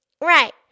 Right